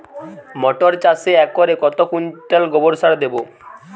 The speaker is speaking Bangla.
মটর চাষে একরে কত কুইন্টাল গোবরসার দেবো?